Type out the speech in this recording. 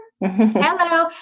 hello